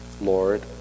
Lord